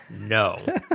no